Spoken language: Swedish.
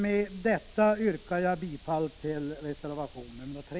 Med detta yrkar jag bifall till reservation 3.